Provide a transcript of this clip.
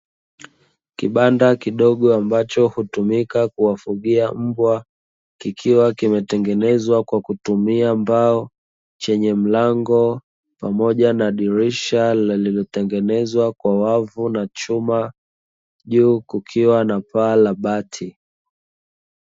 Kibanda kidogo ambacho hutumika kuwafugia mbwa kikiwa kimetengenezwa kwa kutumia mbao, chenye mlango pamoja na dirisha lililotengenezwa kwa wavu na chuma juu kukiwa na paa la bati.